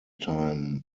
time